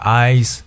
eyes